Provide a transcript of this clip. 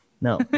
No